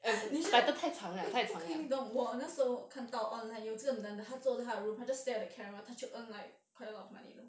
不可以你懂我那时候看到 online 有这个男的他坐在他的 room 他 just stare at the camera 他就 earn like quite a lot of money 了